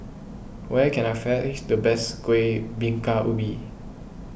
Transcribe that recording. where can I find the best Kueh Bingka Ubi